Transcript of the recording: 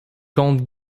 comte